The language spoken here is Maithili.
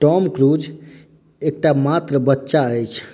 टॉम क्रूज एकटा मात्र बच्चा अछि